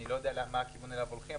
אני לא יודע מה הכיוון אליו הולכים,